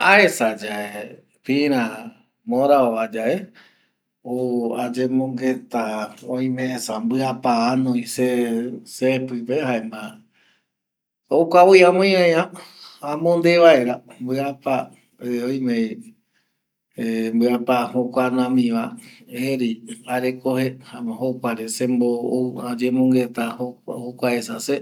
Aesa yae pïra morao vayae aou ayemongueta oimesa viaipa oime se pï pe jaema jokua voi amoi aia amondevaera viaipa oime viaipa jokua rami va erei arekoje jaema jokuare ou ayemongueta esa kua esa jae se